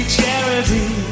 charity